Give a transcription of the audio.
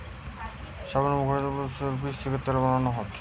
soybean, সূর্যোমুখী গুলোর বীচ থিকে তেল বানানো হচ্ছে